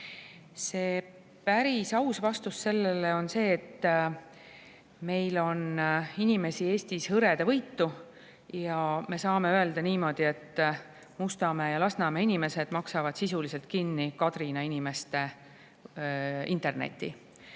Päris aus vastus on see, et meil on inimesi Eestis hõredavõitu ja saab öelda niimoodi, et Mustamäe ja Lasnamäe inimesed maksavad sisuliselt kinni Kadrina inimeste interneti.